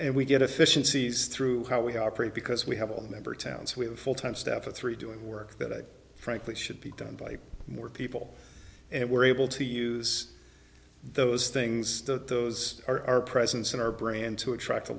so we get official sees through how we operate because we have all member towns we have a full time staff of three doing work that i frankly should be done by more people and we're able to use those things that those are our presence in our brand to attract a